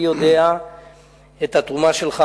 אני יודע מה התרומה שלך,